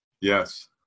Yes